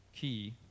key